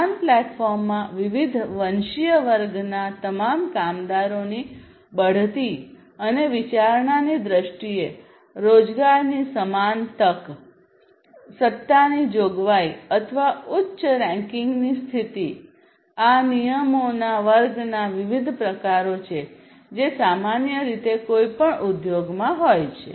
સમાન પ્લેટફોર્મમાં વિવિધ વંશીય વર્ગના તમામ કામદારોની બઢતી અને વિચારણાની દ્રષ્ટિએ રોજગારની સમાન તક સત્તાની જોગવાઈ અથવા ઉચ્ચ રેન્કિંગની સ્થિતિ આ નિયમોના વર્ગના વિવિધ પ્રકારો છે જે સામાન્ય રીતે કોઈપણ ઉદ્યોગમાં હોય છે